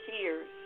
tears